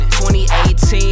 2018